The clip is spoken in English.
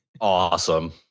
Awesome